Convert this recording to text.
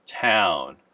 town